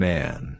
Man